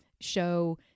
show